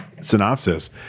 synopsis